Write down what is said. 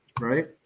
right